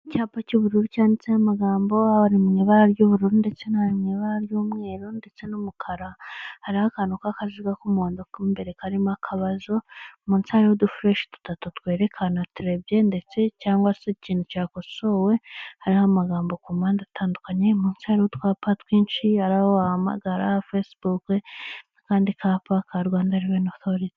Icyapa cy'ubururu cyanditseho amagambo, ari mu ibara ry'ubururu ndetse n'ari mu ibara ry'umweru ndetse n'umukara, hariho akantu k'akaziga k'umuhondo k'imbere karimo akabazo, munsi harimo udufureshi dutatu twerekana terebye ndetse cyangwa se ikintu cyakosowe, hari amagambo ku mpande atandukanye munsi hari utwapa twinshi hari aho bahamagara fesibuki n'akandi kapa ka Rwanda reveniyu otoriti.